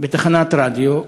לתחנת רדיו,